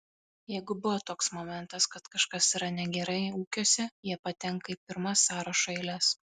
jeigu buvo toks momentas kad kažkas yra negerai ūkiuose jie patenka į pirmas sąrašo eiles